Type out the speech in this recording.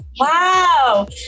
Wow